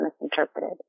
misinterpreted